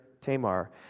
Tamar